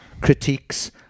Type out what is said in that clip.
critiques